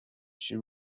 she